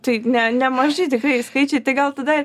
tai ne nemaži tikrai skaičiai tai gal tada